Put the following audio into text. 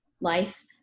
life